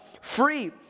free